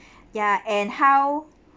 ya and how